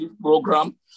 program